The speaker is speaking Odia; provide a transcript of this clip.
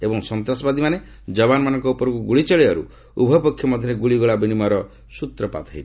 ଏବଂ ସନ୍ତାସବାଦୀମାନେ ଯବାନମାନଙ୍କ ଉପରକୁ ଗୁଳି ଚଳାଇବାରୁ ଉଭୟ ପକ୍ଷ ମଧ୍ୟରେ ଗୁଳିଗୋଳା ବିନିମୟର ସୃତ୍ରପାତ ହୋଇଥିଲା